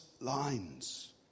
lines